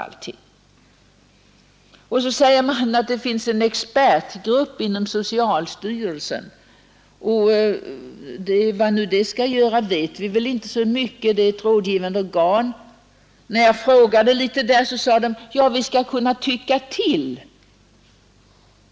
Utskottet påpekar också att det finns en expertgrupp inom socialstyrelsen. Vad den skall göra vet vi inte så mycket om — den är ett rådgivande organ. När jag hörde mig för litet om det sade man: Vi skall kunna ”tycka till”.